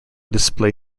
display